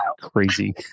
crazy